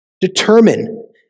determine